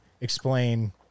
explain